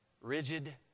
Rigid